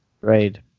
Right